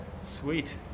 Sweet